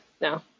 No